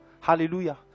hallelujah